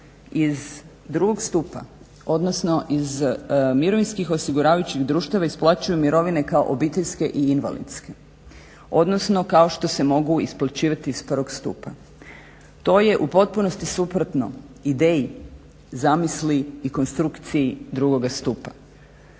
iz drugog stupa, odnosno iz mirovinskih osiguravajućih društava isplaćuju mirovine kao obiteljske i invalidske, odnosno kao što se mogu isplaćivati iz prvog stupa. To je u potpunosti suprotno ideji, zamisli i konstrukciji drugoga stupa